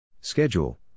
Schedule